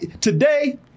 today